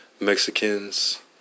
Mexicans